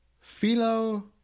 philo